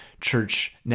church